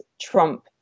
Trump